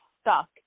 stuck